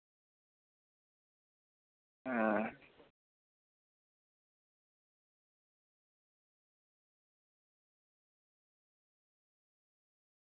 ᱚ